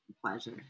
pleasure